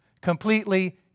Completely